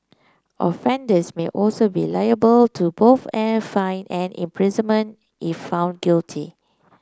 offenders may also be liable to both a fine and imprisonment if found guilty